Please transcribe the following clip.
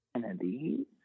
Kennedy